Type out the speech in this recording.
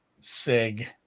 Sig